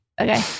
okay